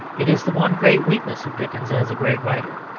it is the one great weakness of dickens as a great writer,